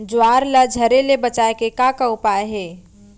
ज्वार ला झरे ले बचाए के का उपाय हे?